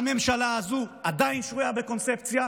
הממשלה הזו עדיין שבויה בקונספציה,